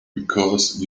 because